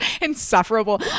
insufferable